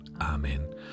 Amen